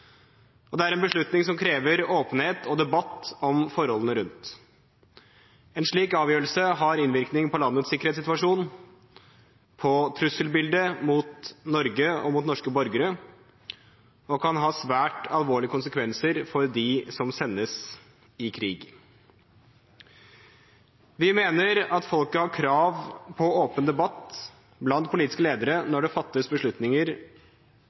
og det er en beslutning som krever åpenhet og debatt om forholdene rundt. En slik avgjørelse har innvirkning på landets sikkerhetssituasjon, på trusselbildet mot Norge og norske borgere og kan ha svært alvorlige konsekvenser for dem som sendes i krig. Vi mener at folket har krav på en åpen debatt blant politiske ledere når det fattes beslutninger